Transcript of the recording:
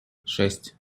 шесть